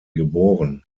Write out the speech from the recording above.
geboren